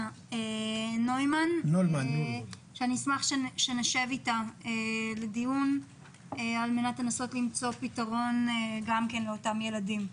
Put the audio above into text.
נוימן ונשב אתה לדיון על מנת למצוא פתרון לאותם ילדים.